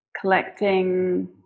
collecting